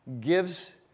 gives